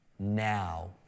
Now